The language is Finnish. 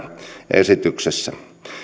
esityksessä